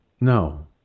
no